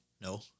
No